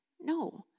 no